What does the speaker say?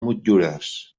motllures